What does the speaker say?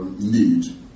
need